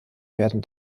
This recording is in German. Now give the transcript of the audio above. werden